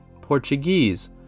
Portuguese